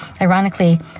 Ironically